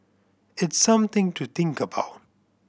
it's something to think about